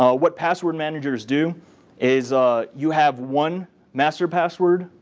ah what password managers do is ah you have one master password,